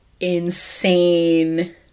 insane